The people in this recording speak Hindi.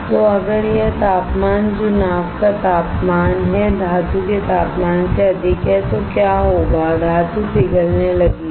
तो अगर यह तापमान जो नाव का तापमान है धातु के तापमान से अधिक है तो क्या होगा धातु पिघलने लगेगी